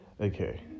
Okay